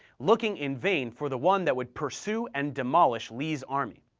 looking in vain for the one that would pursue and demolish lee's army.